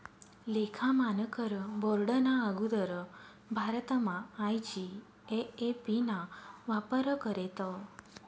लेखा मानकर बोर्डना आगुदर भारतमा आय.जी.ए.ए.पी ना वापर करेत